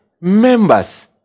members